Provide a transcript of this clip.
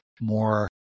more